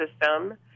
system